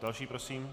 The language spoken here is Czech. Další prosím.